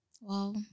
Wow